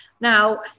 now